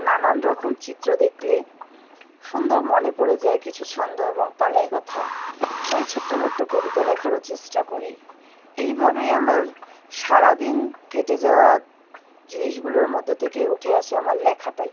নানান রকম চিত্র দেখলে সুন্দর মনে পড়ে যায় কিছু ছন্দ এবং তালের কথা তাই ছোট্টো মতো কবিতা লেখারও চেষ্টা করি এইভাবেই আমার সারাদিন কেটে যাওয়া জিনিসগুলোর মধ্যে থেকে উঠে আসে আমার লেখাটাই